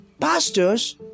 pastors